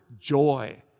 joy